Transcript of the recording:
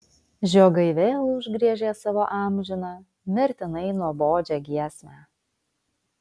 žiogai vėl užgriežė savo amžiną mirtinai nuobodžią giesmę